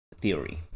theory